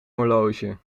horloge